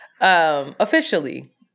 officially